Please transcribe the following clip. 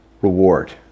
reward